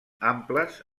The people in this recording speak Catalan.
amples